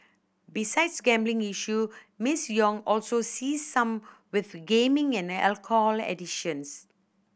besides gambling issues Miss Yong also sees some with gaming and alcohol addictions